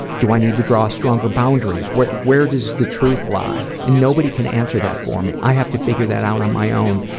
do i need to draw stronger boundaries? where where does the truth lie? and nobody can answer that for me. i have to figure that out on my own.